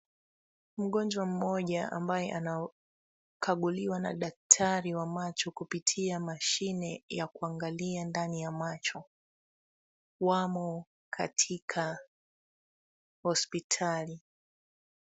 Mgonjwa mmoja ambaye anakaguliwa na daktari wa macho kupitia mashine ya kuangalia ndani ya macho, wamo katika hospitali.